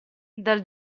dal